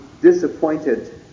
disappointed